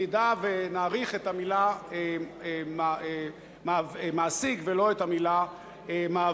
נדע ונעריך את המלה "מעסיק" ולא את המלה "מעביד".